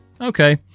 okay